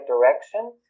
direction